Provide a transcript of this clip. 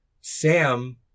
Sam